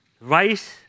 Rice